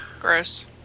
Gross